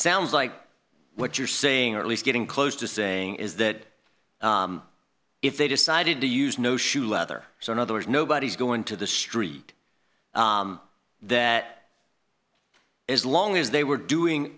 sounds like what you're saying or at least getting close to saying is that if they decided to use no shoe leather so in other words nobody's going to the street that is long as they were doing